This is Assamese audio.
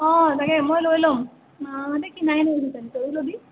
অঁ তাকে মই লৈ ল'ম মা মানে কিনাই নাই কিজানি তয়ো ল'বি